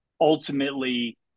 ultimately